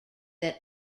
that